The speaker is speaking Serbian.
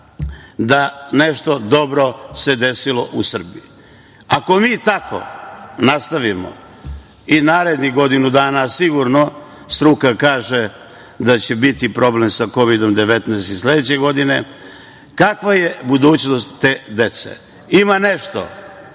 se nešto dobro desilo u Srbiji. Ako mi tako nastavimo i narednih godinu dana, a sigurno, struka kaže da će biti problem sa Kovidom 19 i sledeće godine, kakva je budućnost te dece. Ima nešto